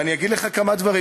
אגיד לך כמה דברים.